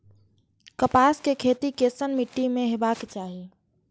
कपास के खेती केसन मीट्टी में हेबाक चाही?